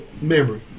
memory